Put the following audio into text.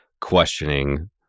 questioning